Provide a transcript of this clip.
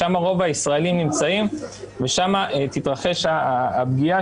שם רוב הישראלים נמצאים ושם תתרחש הפגיעה